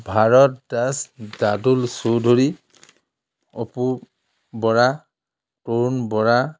Bharat Das Dadul Choudhury Apu Bora Tarun Bora